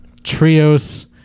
Trios